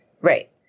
Right